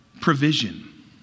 provision